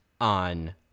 on